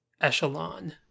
echelon